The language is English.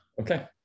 okay